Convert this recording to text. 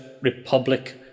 Republic